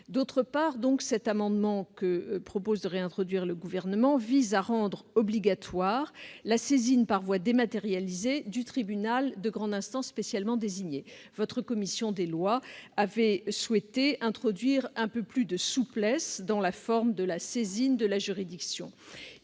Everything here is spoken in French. point de cet amendement. Le présent amendement vise ensuite à rendre obligatoire la saisine par voie dématérialisée du tribunal de grande instance spécialement désigné. La commission des lois avait souhaité introduire un peu plus de souplesse dans la forme de la saisine de la juridiction.